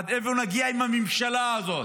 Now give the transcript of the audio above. עד איפה נגיע עם הממשלה הזאת?